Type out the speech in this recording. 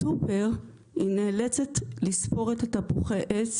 בסופר היא נאלצת לספור את תפוחי העץ